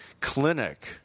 clinic